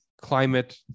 climate